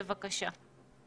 בבקשה.